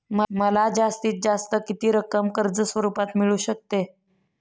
मला जास्तीत जास्त किती रक्कम कर्ज स्वरूपात मिळू शकते?